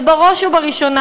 אבל בראש וראשונה,